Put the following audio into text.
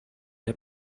der